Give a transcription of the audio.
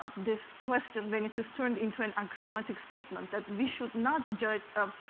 ah this question when it is turned into an axiomatic statement, that we should not judge or